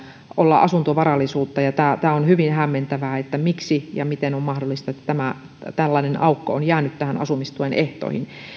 olla asuntovarallisuutta tämä on hyvin hämmentävää miksi ja miten on mahdollista että tällainen aukko on jäänyt asumistuen ehtoihin